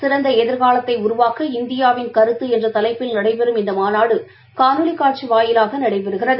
சிறந்தளதிர்காலத்தைஉருவாக்க இந்தியாவின் கருத்து என்றதலைப்பில் நடைபெறும் இந்தமாநாடுகாணொலிகாட்சிவாயிலாகநடைபெறுகிறது